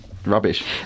rubbish